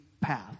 path